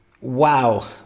Wow